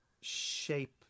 shape